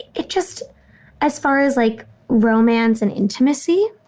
it just as far as like romance and intimacy.